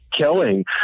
killing